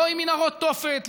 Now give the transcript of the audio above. לא עם מנהרות תופת,